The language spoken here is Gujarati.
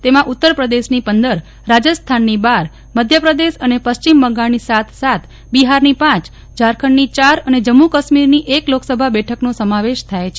તેમાં ઉત્તર પ્રદેશની પંદર રાજસ્થાનની બાર મધ્ય પ્રદેશ અને પશ્ચિમ બંગાળની સાત સાત બિહારની પાંચ જારખંડની ચાર અને જમ્મુ કાશ્મીરની એક લોકસભા બેઠકનો સમાવેશ થાય છે